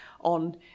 on